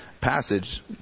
passage